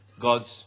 God's